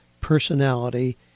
personality